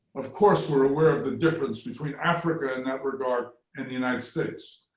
of course, we're aware of the difference between africa in that regard and the united states.